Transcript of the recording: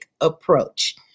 approach